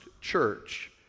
church